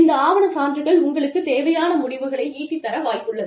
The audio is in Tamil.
இந்த ஆவண சான்றுகள் உங்களுக்குத் தேவையான முடிவுகளை ஈட்டி தர வாய்ப்புள்ளது